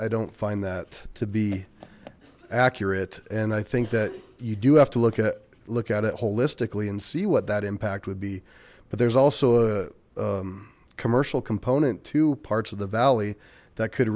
i don't find that to be accurate and i think that you do have to look at look at it holistically and see what that impact would be but there's also a commercial component to parts of the valley that could